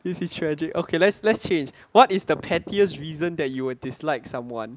this is tragic okay let's let's change what is the pettiest reason that you would dislike someone